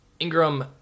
Ingram